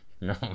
no